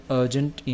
urgent